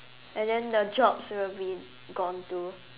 and then the jobs will be gone too